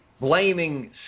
blaming